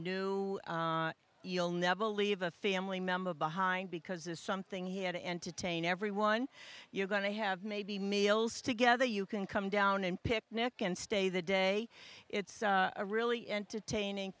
law you'll never leave a family member behind because it's something he had to entertain everyone you're going to have maybe meals together you can come down and picnic and stay the day it's a really entertaining